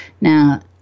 Now